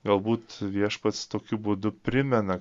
galbūt viešpats tokiu būdu primena